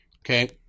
Okay